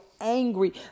Angry